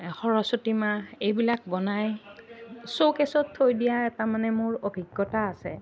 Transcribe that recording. সৰস্বতী মা এইবিলাক বনাই শ্ব'কেছত থৈ দিয়া এটা মানে মোৰ অভিজ্ঞতা আছে